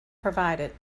provided